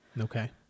Okay